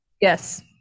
yes